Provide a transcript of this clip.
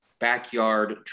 backyard